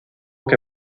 que